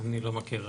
אני לא מכיר,